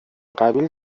قبیل